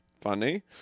funny